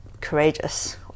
courageous